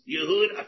Yehud